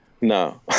no